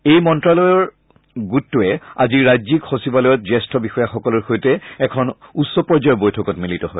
এই আন্তঃমন্তালয় গোটটোৱে আজি ৰাজ্যিক সচিবালয়ত জ্যেষ্ঠ বিষয়াসকলৰ সৈতে এখন উচ্চ পৰ্যায়ৰ বৈঠকত মিলিত হয়